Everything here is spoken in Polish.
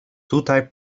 tutaj